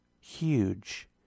huge